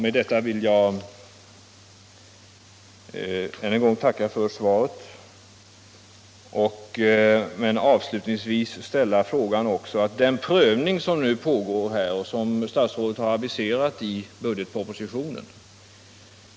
Med detta ber jag än en gång att få tacka för svaret. Avslutningsvis vill jag bara erinra om den prövning av biståndet via Världsbanken som nu pågår och som statsrådet aviserat i budgetpropositionen.